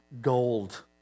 gold